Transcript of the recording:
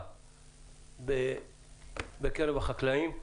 בקרב החקלאים.